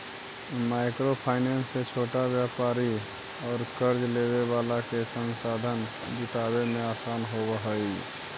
micro finance से छोटा व्यापारि औउर कर्ज लेवे वाला के संसाधन जुटावे में आसान होवऽ हई